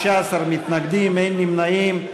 16 מתנגדים, אין נמנעים.